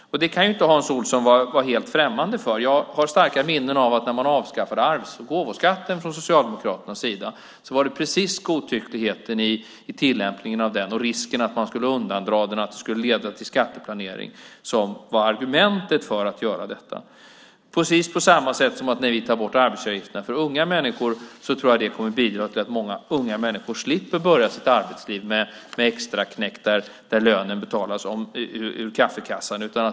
Det kan inte Hans Olsson vara helt främmande för. Jag har starka minnen av att det när man avskaffade arvs och gåvoskatten från Socialdemokraternas sida var godtyckligheten i tillämpningen av den och risken att man skulle undandra den och att det skulle leda till skatteplanering som var argumenten för att göra detta. Precis på samma sätt är det när vi tar bort arbetsgivaravgifterna för unga människor. Det tror jag kommer att bidra till att många unga människor slipper börja sitt arbetsliv med extraknäck där lönen betalas ur kaffekassan.